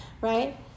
right